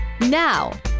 Now